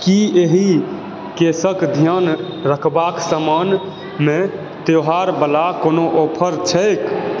की एहि केसक ध्यान रखबाक समानमे त्योहारवला कोनो ऑफर छैक